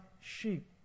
sheep